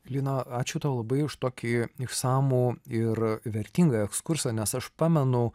lina ačiū tau labai už tokį išsamų ir vertingą ekskursą nes aš pamenu